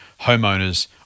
homeowners